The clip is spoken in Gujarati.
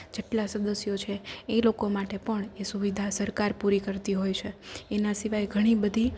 જેટલા સદસ્યો છે એ લોકો માટે પણ એ સુવિધા સરકાર પૂરી કરતી હોય છે એના સિવાય ઘણી બધી